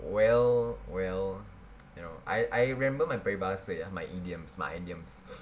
well well you know I I remember my peribahasa ya my idioms my idioms